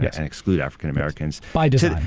and exclude african americans. by design.